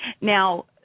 now